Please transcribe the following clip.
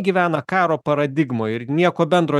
gyvena karo paradigmoj ir nieko bendro